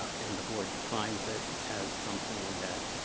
and the board defines it has something that